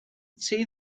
see